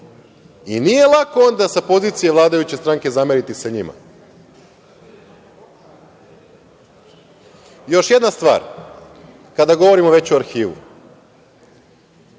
i nije lako onda sa pozicije vladajuće stranke zameriti se njima. Još jedna stvar kada već govorimo o arhivu,